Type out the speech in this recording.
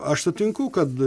aš sutinku kad